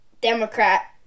Democrat